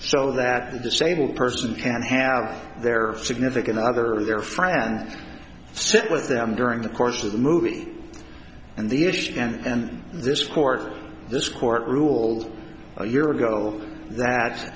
so that the disabled person can have their significant other or their friend sit with them during the course of the movie and the issue and this court this court ruled a year ago that